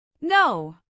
No